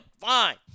fine